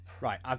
right